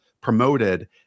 promoted